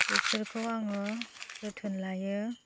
बेसोरखौ आङो जोथोन लायो